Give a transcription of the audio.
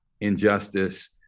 injustice